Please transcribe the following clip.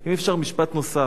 אם אפשר, משפט נוסף.